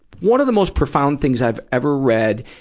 one of the most profound things i've ever read,